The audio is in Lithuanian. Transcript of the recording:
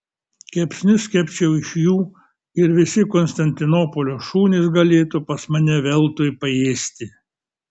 kepsnius kepčiau iš jų ir visi konstantinopolio šunys galėtų pas mane veltui paėsti